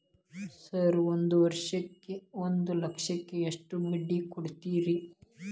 Sir ಒಂದು ವರ್ಷಕ್ಕ ಒಂದು ಲಕ್ಷಕ್ಕ ಎಷ್ಟು ಬಡ್ಡಿ ಕೊಡ್ತೇರಿ?